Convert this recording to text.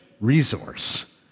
resource